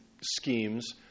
schemes